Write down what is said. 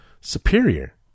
superior